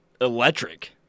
electric